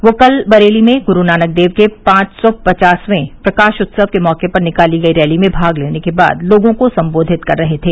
वह कल बरेली में गुरूनानक देव के पांच सौ पचासवें प्रकाश उत्सव के मौके पर निकाली गयी रैली में भाग लेने के बाद लोगों को सम्बोधित कर रहे थे